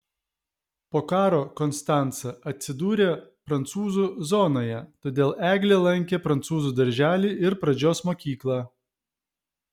po karo konstanca atsidūrė prancūzų zonoje todėl eglė lankė prancūzų darželį ir pradžios mokyklą